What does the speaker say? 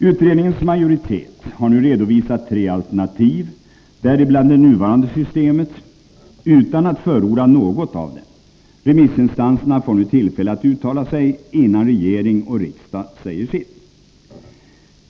Utredningens majoritet har nu redovisat tre alternativ, däribland det nuvarande systemet, utan att förorda något av dem. Remissinstanserna får nu tillfälle att uttala sig innan regering och riksdag säger sitt.